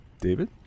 David